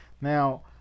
Now